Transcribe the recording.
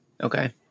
Okay